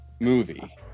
movie